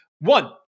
One